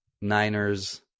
Niners